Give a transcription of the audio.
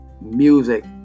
Music